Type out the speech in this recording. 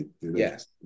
Yes